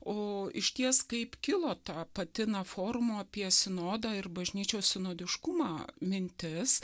o išties kaip kilo ta pati na forumo apie sinodą ir bažnyčios sinodiškumą mintis